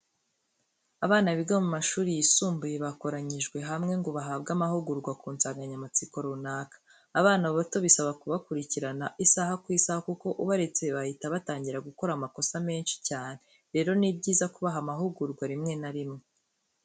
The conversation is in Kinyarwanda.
Abana biga mu mashuri yisumbuye bakoranyijwe hamwe ngo bahabwe amahugurwa ku nsanganyamatsiko runaka. Abana bato bisaba kubakurikirana isaha ku isaha kuko ubaretse bahita batangira gukora amakosa menshi cyane, rero ni byiza kubaha amahugurwa rimwe na rimwe.